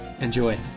enjoy